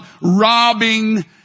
robbing